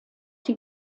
die